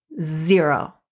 zero